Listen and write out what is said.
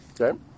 okay